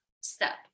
Step